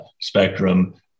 spectrum